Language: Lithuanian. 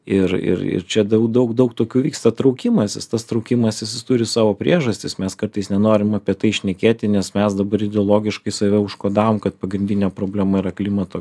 ir ir ir čia daug daug daug tokių vyksta traukimasis tas traukimasis jis turi savo priežastis mes kartais nenorim apie tai šnekėti nes mes dabar ideologiškai save užkodavom kad pagrindinė problema yra klimato